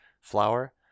flower